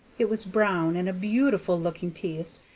it was brown, and a beautiful-looking piece,